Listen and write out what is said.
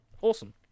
Awesome